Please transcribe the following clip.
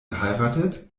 geheiratet